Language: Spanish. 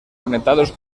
conectados